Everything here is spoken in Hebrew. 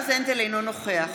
אינו נוכח